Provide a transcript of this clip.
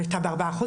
הייתה ב-4%,